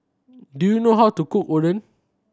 do you know how to cook Oden